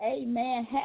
Amen